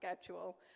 schedule